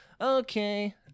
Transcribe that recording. okay